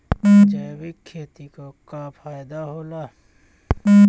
जैविक खेती क का फायदा होला?